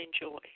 enjoy